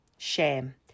Shame